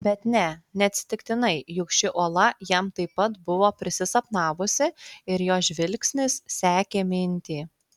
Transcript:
bet ne neatsitiktinai juk ši uola jam taip pat buvo prisisapnavusi ir jo žvilgsnis sekė mintį